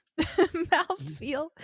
Mouthfeel